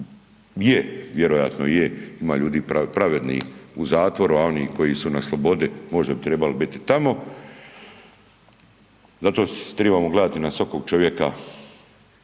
je, vjerojatno je, ima ljudi pravednih u zatvoru, a oni koji su na slobodi možda bi trebali biti tamo. Zato tribamo gledati na svakog čovjeka